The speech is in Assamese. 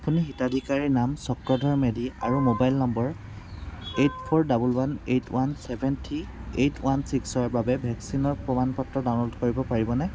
আপুনি হিতাধিকাৰীৰ নাম চক্ৰধৰ মেধি আৰু mobile number eight four double one eight one seven three eight one ছিক্সৰ বাবে ভেকচিনৰ প্ৰমাণ পত্ৰ ডাউনলোড কৰিব পাৰিবনে